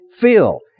feel